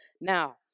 Now